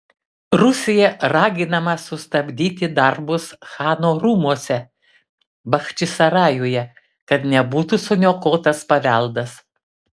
rusija raginama sustabdyti darbus chano rūmuose bachčisarajuje kad nebūtų suniokotas paveldas